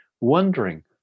wondering